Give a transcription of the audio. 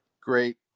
great